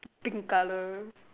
pink colour